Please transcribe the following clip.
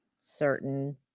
certain